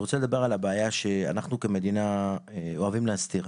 אני רוצה לדבר על הבעיה שאנחנו כמדינה אוהבים להסתיר.